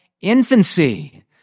infancy